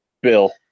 Bill